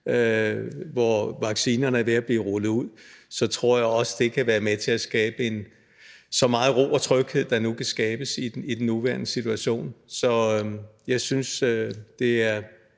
hvor vaccinerne er ved at blive rullet ud – tror jeg også, det kan være med til at skabe så meget ro og tryghed, der nu kan skabes i den nuværende situation. Jeg synes, det er